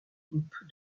groupes